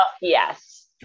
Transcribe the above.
Yes